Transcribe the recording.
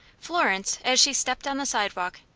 florence, as she stepped on the sidewalk,